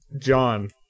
John